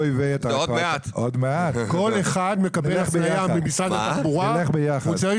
כל אחד מקבל הפניה ממשרד התחבורה והוא צריך